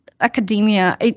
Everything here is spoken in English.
academia